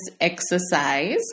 exercise